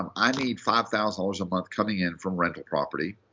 um i need five thousand dollars a month coming in from rental property.